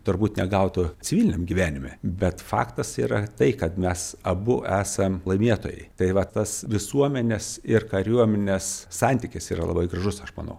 turbūt negautų civiliniam gyvenime bet faktas yra tai kad mes abu esam laimėtojai tai va tas visuomenės ir kariuomenės santykis yra labai gražus aš manau